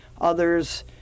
others